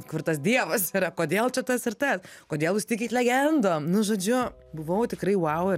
kur tas dievas yra kodėl čia tas ir tas kodėl jūs tikit legendom nu žodžiu buvau tikrai vau ir